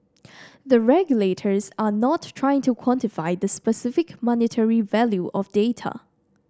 the regulators are not trying to quantify the specific monetary value of data